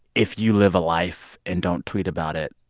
if you live a life and don't tweet about it,